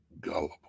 gullible